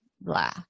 blah